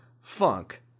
funk